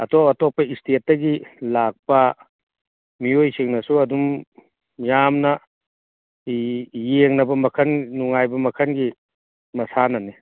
ꯑꯇꯣꯞ ꯑꯇꯣꯞꯄ ꯏꯁꯇꯦꯠꯇꯒꯤ ꯂꯥꯛꯄ ꯃꯤꯑꯣꯏꯁꯤꯡꯅꯁꯨ ꯑꯗꯨꯝ ꯌꯥꯝꯅ ꯌꯦꯡꯅꯕ ꯃꯈꯜ ꯅꯨꯡꯉꯥꯏꯕ ꯃꯈꯜꯒꯤ ꯃꯁꯥꯟꯅꯅꯤ